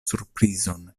surprizon